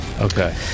Okay